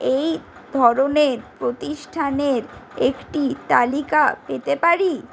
এই ধরনের প্রতিষ্ঠানের একটি তালিকা পেতে পারি